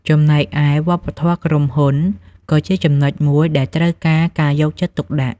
ចំណែកឯ វប្បធម៌ក្រុមហ៊ុន ក៏ជាចំណុចមួយដែលត្រូវការការយកចិត្តទុកដាក់។